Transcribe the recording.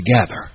together